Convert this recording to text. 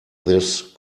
this